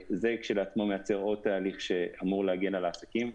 זה כשלעצמו מייצר עוד תהליך שאמור להגן על העסקים.